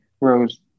rose